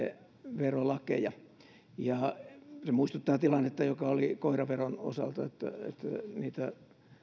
verolakeja se muistuttaa tilannetta joka oli koiraveron osalta että niitä